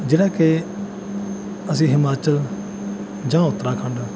ਜਿਹੜਾ ਕੇ ਅਸੀਂ ਹਿਮਾਚਲ ਜਾਂ ਉੱਤਰਾਖੰਡ